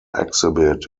exhibit